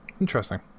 Interesting